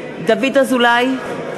אזולאי,